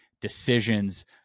decisions